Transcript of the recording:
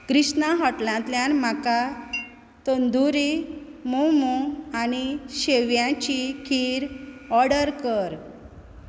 कृष्णा हॉटलांतल्यान म्हाका तंदुरी मोमो आनी शेव्यांची खीर ऑर्डर कर